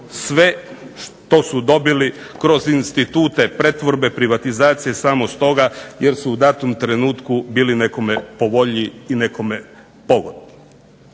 sve što su dobili kroz institute pretvorbe, privatizacije samo stoga jer su u datom trenutku bili nekom po volji i nekome pogodni.